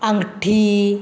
अंगठी